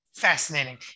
fascinating